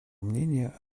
мнения